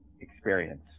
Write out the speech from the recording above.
experience